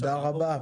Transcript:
תודה רבה.